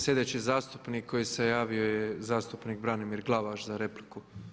Sljedeći zastupnik koji se javio je zastupnik Branimir Glavaš za repliku.